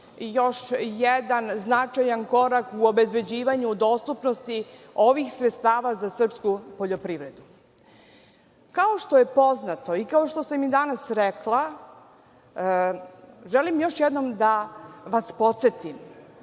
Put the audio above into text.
još jedan značajan korak u obezbeđivanju dostupnosti ovih sredstava za srpsku poljoprivredu. Kao što je poznato i kao što sam i danas rekla, želim još jednom da vas podsetim,